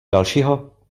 dalšího